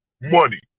money